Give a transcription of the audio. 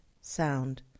sound